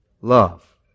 Love